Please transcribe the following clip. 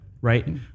Right